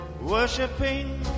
worshipping